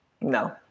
no